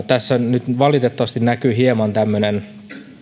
tässä nyt valitettavasti näkyy hieman tämmöinen